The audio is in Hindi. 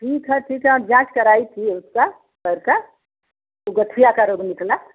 ठीक है ठीक है अब जाँच कराई थी उसका पैर का तो गठिया का रोग निकला